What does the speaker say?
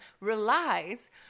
relies